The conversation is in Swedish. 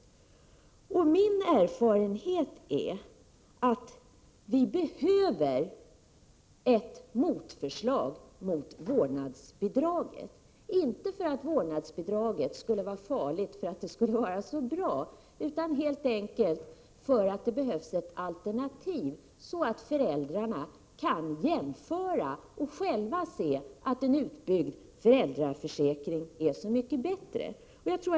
Min erfarenhet är att det behövs ett motförslag mot vårdnadsbidraget, inte på grund av att vårdnadsbidraget är farligt därför att det skulle vara så bra, utan helt enkelt därför att det behövs ett alternativ, så att föräldrarna kan jämföra och själva se att en utbyggd föräldraförsäkring är så mycket bättre.